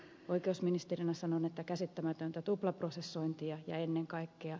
oikeusministerinä sanon että käsittämätöntä tuplaprosessointia ja ennen kaikkea